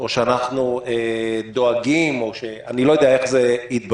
או שאנחנו דואגים, אני לא יודע איך זה התבצע.